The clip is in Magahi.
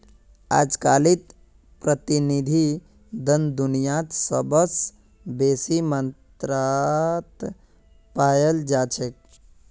अजकालित प्रतिनिधि धन दुनियात सबस बेसी मात्रात पायाल जा छेक